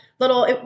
Little